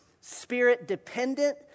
spirit-dependent